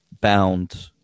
bound